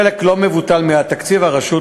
חלק לא מבוטל מתקציב הרשות,